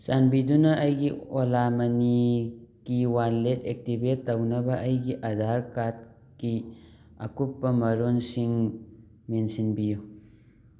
ꯆꯥꯟꯕꯤꯗꯨꯅ ꯑꯩꯒꯤ ꯑꯣꯂꯥ ꯃꯅꯤ ꯀꯤ ꯋꯥꯂꯦꯠ ꯑꯦꯛꯇꯤꯕꯦꯠ ꯇꯧꯅꯕ ꯑꯩꯒꯤ ꯑꯥꯙꯥꯔ ꯀꯥꯔ꯭ꯗꯀꯤ ꯑꯀꯨꯞꯄ ꯃꯔꯣꯜꯁꯤꯡ ꯃꯦꯟꯁꯤꯟꯕꯤꯌꯨ